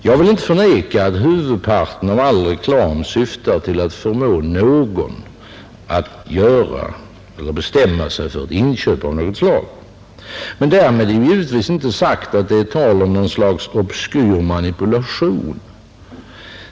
Jag vill inte förneka att huvudparten av all reklam syftar till att förmå någon att bestämma sig för ett inköp av något slag. Men därmed är givetvis inte sagt att det är tal om något slags obskyr manipulation.